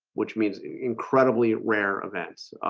which means incredibly rare events